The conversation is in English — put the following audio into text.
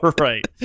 right